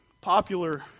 popular